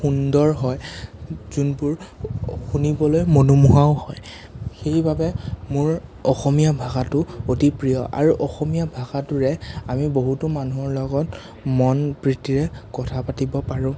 সুন্দৰ হয় যোনবোৰ শুনিবলৈ মনোমোহাও হয় সেইবাবে মোৰ অসমীয়া ভাষাটো অতি প্ৰিয় আৰু অসমীয়া ভাষাটোৰে আমি বহুতো মানুহৰ লগত মন প্ৰীতিৰে কথা পাতিব পাৰোঁ